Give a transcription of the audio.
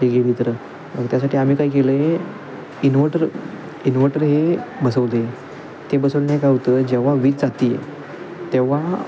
ते गेली तर मग त्यासाठी आम्ही काय केलं आहे इनव्हर्टर इन्व्हर्टर हे बसवलं आहे ते बसवण्यानं काय होतं जेव्हा वीज जाते तेव्हा